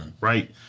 right